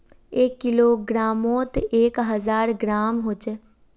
एक किलोग्रमोत एक हजार ग्राम होचे